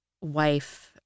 wife